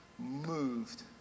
moved